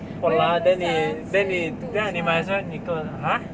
!walao! then 妳 then 妳 then 妳 might as well 一个 !huh!